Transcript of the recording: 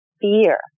fear